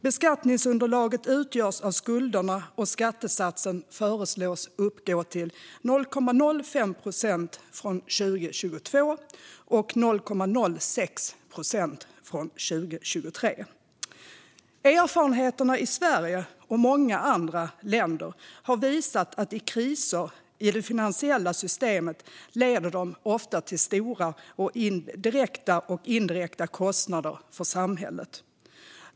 Beskattningsunderlaget utgörs av skulderna, och skattesatsen föreslås uppgå till 0,05 procent från 2022 och 0,06 procent från 2023. Erfarenheterna i Sverige och många andra länder har visat att kriser i det finansiella systemet ofta leder till stora direkta och indirekta kostnader för samhället.